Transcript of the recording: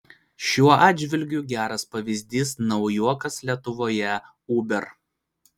šiuo atžvilgiu geras pavyzdys naujokas lietuvoje uber